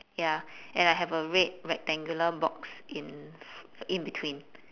ya and I have a red rectangular box in in between